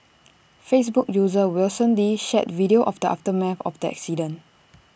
Facebook user Wilson lee shared video of the aftermath of the accident